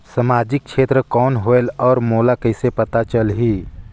समाजिक क्षेत्र कौन होएल? और मोला कइसे पता चलही?